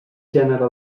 gènere